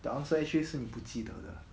the answer actually 是你不记得的 lah